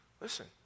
Listen